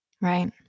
right